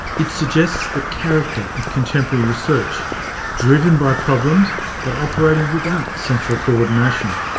it suggests the character of contemporary research driven by problems but operating without central coordination,